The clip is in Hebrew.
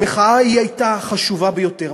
המחאה ההיא הייתה חשובה ביותר.